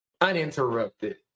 Uninterrupted